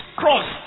cross